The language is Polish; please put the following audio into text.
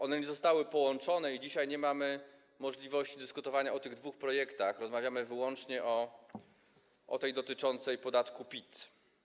One nie zostały połączone i dzisiaj nie mamy możliwości dyskutowania o obu tych projektach, rozmawiamy wyłącznie o tym dotyczącym podatku PIT.